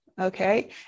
okay